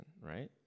right